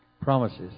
promises